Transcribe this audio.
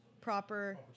Proper